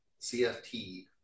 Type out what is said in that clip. cft